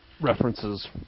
references